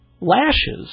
lashes